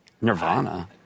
Nirvana